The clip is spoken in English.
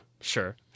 sure